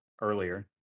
earlier